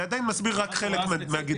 זה עדיין מסביר רק חלק מהגידול.